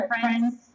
Friends